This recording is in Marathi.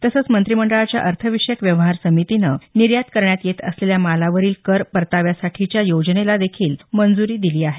तसंच मंत्रीमंडळाच्या अर्थविषयक व्यवहार समितीनं निर्यात करण्यात येत असलेल्या मालावरील कर परताव्यासाठीच्या योजनेला देखील मंजुरी दिली आहे